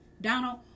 Donald